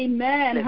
Amen